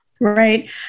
Right